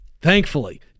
thankfully